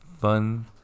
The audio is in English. fun